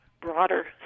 broader